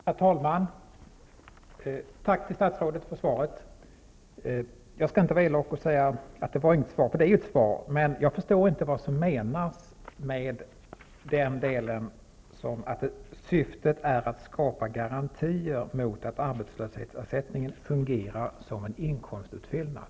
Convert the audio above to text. Herr talman! Jag vill framföra ett tack till statsrådet för svaret. Jag skall inte vara elak och säga att det inte var ett svar, för det är ett svar, men jag förstår inte vad som menas med att syftet är att ''skapa garantier mot att arbetslöshetsersättningen fungerar som en inkomstutfyllnad''.